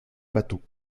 bateaux